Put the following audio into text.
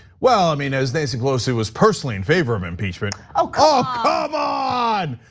well, i mean, as nancy pelosi was personally in favor of impeachment ah come ah on!